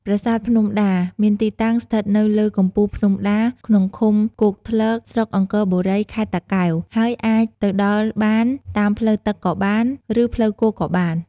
ប្រាសាទភ្នំដា មានទីតាំងស្ថិតនៅលើកំពូលភ្នំដា ក្នុងឃុំគោកធ្លក ស្រុកអង្គរបុរី ខេត្តតាកែវ ហើយអាចទៅដល់បានតាមផ្លូវទឹកក៏បាន ឬផ្លូវគោកក៏បាន។